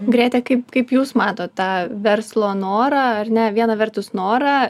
grėte kaip kaip jūs matot tą verslo norą ar ne viena vertus norą